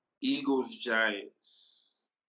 Eagles-Giants